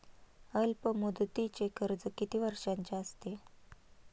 अल्पमुदतीचे कर्ज किती वर्षांचे असते?